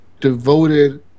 devoted